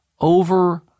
over